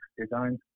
design